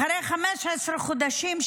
אחרי 15 חודשים,